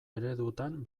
eredutan